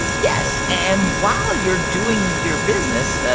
yes. and while you're doing your business,